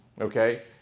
okay